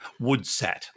WoodSat